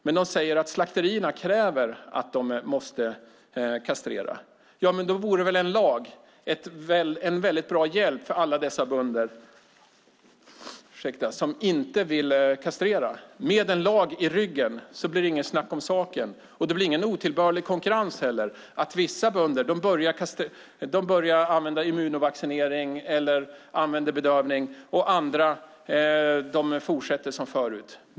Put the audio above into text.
Men de säger att slakterierna kräver att de kastrerar. Då vore väl en lag en väldigt bra hjälp för alla dessa bönder som inte vill kastrera. Med en lag i ryggen blir det inget snack om saken, och det blir ingen otillbörlig konkurrens heller så att vissa bönder börjar använda immunovaccinering eller bedövning medan andra fortsätter som förut.